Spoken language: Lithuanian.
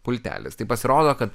pultelis tai pasirodo kad